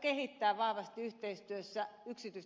kehittää vahvasti yhteistyössä yksityistä palvelutoimintaa